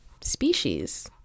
species